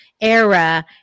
era